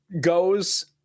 goes